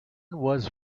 was